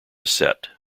set